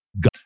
God